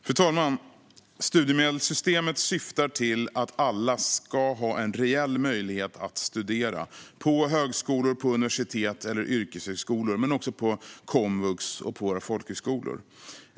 Fru talman! Studiemedelssystemet syftar till att alla ska ha en reell möjlighet att studera på högskolor, på universitet eller på yrkeshögskolor men också på Komvux och på våra folkhögskolor.